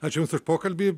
aš jums už pokalbį